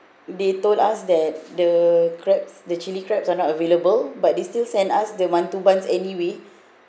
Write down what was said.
they told us that the crabs the chilli crabs are not available but they still send us the mantou buns anyway